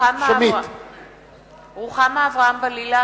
רוחמה אברהם-בלילא